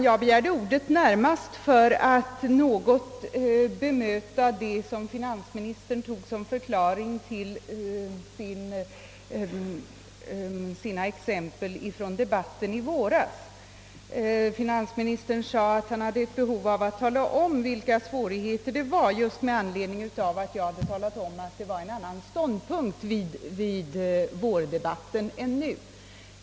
Jag begärde emellertid närmast ordet för att bemöta finansministerns förklaring till sina exempel från debatten i våras. Finansministern sade att han hade ett behov av att tala om vilka svårigheter som föreligger, därför att jag påminde om att man intog en annan ståndpunkt i vårdebatten än man gör nu.